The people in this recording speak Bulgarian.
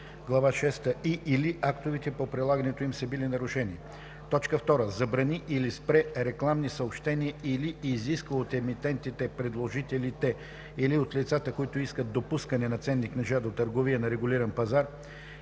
глава шеста и/или актовете по прилагането им са били нарушени; 2. забрани или спре рекламни съобщения или изисква от емитентите, предложителите или от лицата, които искат допускане на ценни книжа до търговия на регулиран пазар